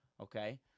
Okay